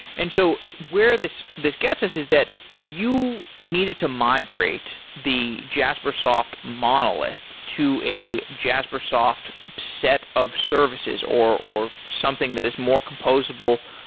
and so where this this gets us is that you needed to migrate the jaspersoft monolith to a jaspersoft set of services, or or something that is more composable,